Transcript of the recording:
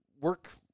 work